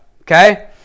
okay